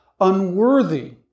unworthy